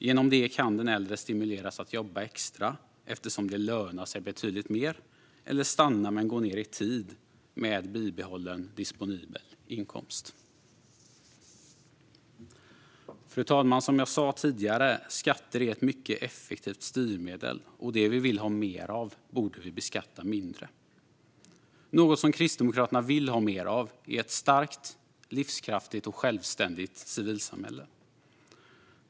Genom det kan äldre stimuleras att jobba extra, eftersom det lönar sig betydligt mer, eller stanna kvar men gå ned i arbetstid med bibehållen disponibel inkomst. Fru talman! Skatter är som sagt ett mycket effektivt styrmedel, och det vi vill ha mer av borde vi beskatta mindre. Något som Kristdemokraterna vill ha mer av är ett starkt, livskraftigt och självständigt civilsamhälle.